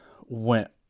went